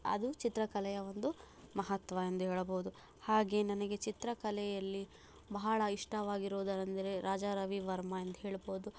ಅದು ಚಿತ್ರಕಲೆಯ ಒಂದು ಮಹತ್ವ ಎಂದು ಹೇಳಬಹುದು ಹಾಗೆ ನನಗೆ ಚಿತ್ರಕಲೆಯಲ್ಲಿ ಬಹಳ ಇಷ್ಟವಾಗಿರುವುದರಂದ್ರೆ ರಾಜಾ ರವಿವರ್ಮ ಎಂದು ಹೇಳಬಹುದು